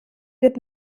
wird